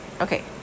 okay